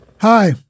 Hi